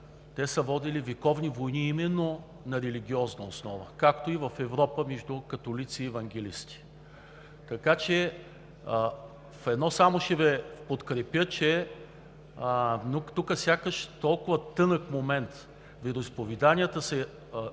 те са водели вековни войни именно на религиозна основа, както и в Европа – между католици и евангелисти. В едно само ще Ви подкрепя, че тук сякаш е толкова тънък момент – вероизповеданията са